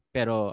Pero